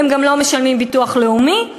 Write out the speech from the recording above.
והם גם לא משלמים ביטוח לאומי.